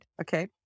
Okay